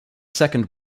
second